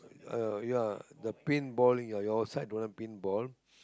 uh ya the paintballing ya your side don't have paintball